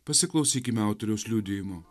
pasiklausykime autoriaus liudijimo